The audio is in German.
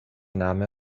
name